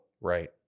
Right